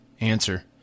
Answer